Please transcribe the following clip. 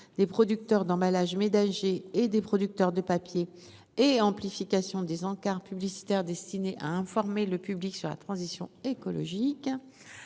des producteurs d'emballages ménagers et des producteurs de papier et amplification des encarts publicitaires destinée à informer le public sur la transition écologique.